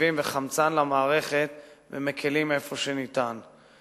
תקציבים וחמצן למערכת ומקלים איפה שניתן.